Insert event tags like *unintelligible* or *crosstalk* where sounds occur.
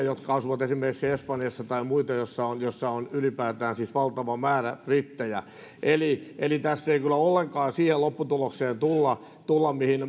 *unintelligible* jotka asuvat esimerkiksi espanjassa tai muille maille joissa on ylipäätään siis valtava määrä brittejä eli eli tässä ei kyllä ollenkaan siihen lopputulokseen tulla